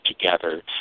together